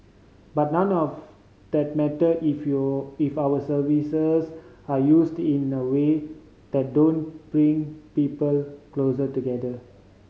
but none of that matter if your if our services are used in the way that don't bring people closer together